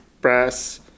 brass